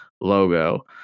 logo